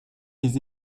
les